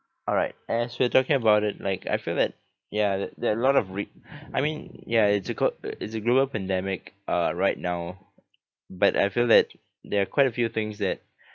alright as we're talking about it like I feel that ya th~ there are lot of re~ I mean ya it's a g~ it's a global pandemic uh right now but I feel that there are quite a few things that